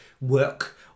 work